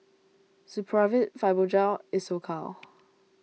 Supravit Fibogel Isocal